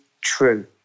true